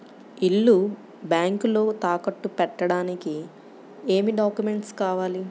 ఇల్లు బ్యాంకులో తాకట్టు పెట్టడానికి ఏమి డాక్యూమెంట్స్ కావాలి?